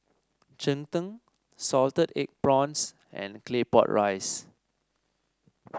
Cheng Tng Salted Egg Prawns and Claypot Rice